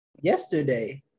yesterday